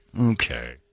Okay